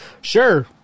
Sure